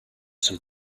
some